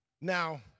Now